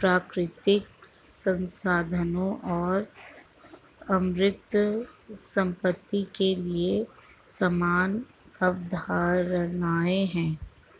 प्राकृतिक संसाधनों और अमूर्त संपत्ति के लिए समान अवधारणाएं हैं